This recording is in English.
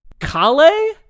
Kale